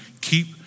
keep